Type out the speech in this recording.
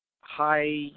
high